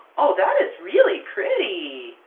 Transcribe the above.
oh that is really pretty!